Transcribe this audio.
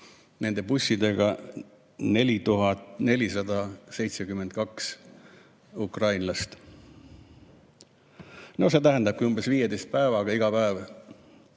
nende bussidega 4472 ukrainlast. No see tähendabki, et umbes 15 päevaga iga päev